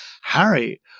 Harry